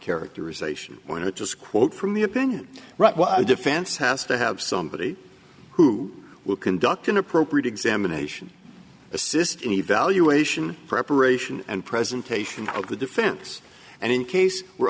characterization when it was quote from the opinion right why defense has to have somebody who will conduct an appropriate examination assist in evaluation preparation and presentation of the defense and in case we're